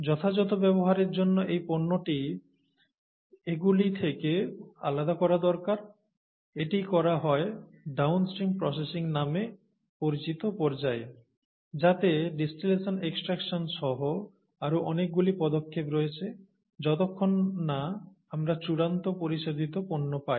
যথাযথ ব্যবহারের জন্য এই পণ্যটি এগুলি থেকে আলাদা করা দরকার এটি করা হয় ডাউনস্ট্রিম প্রসেসিং নামে পরিচিত পর্যায়ে যাতে ডিস্টিলেশন এক্সট্রাকশন সহ আরও অনেকগুলি পদক্ষেপ রয়েছে যতক্ষণ না আমরা চূড়ান্ত পরিশোধিত পণ্য পাই